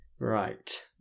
Right